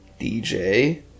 DJ